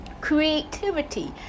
creativity